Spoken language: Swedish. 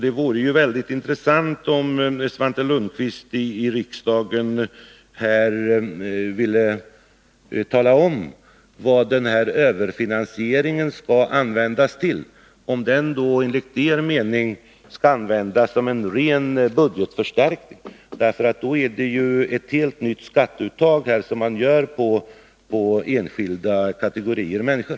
Det vore väldigt intressant om Svante Lundkvist i riksdagen ville tala om vad den här överfinansieringen skall användas till. Om den enligt er mening skall användas som en ren budgetförstärkning, är det ett helt nytt skatteuttag som 31 man gör på enskilda kategorier människor.